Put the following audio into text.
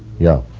yeah.